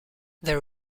their